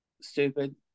stupid